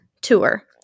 tour